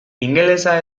ingelesa